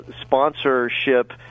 sponsorship